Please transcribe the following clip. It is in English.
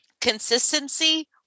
consistency